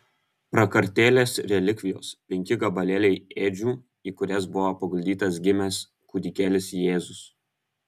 prakartėlės relikvijos penki gabalėliai ėdžių į kurias buvo paguldytas gimęs kūdikėlis jėzus